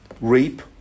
reap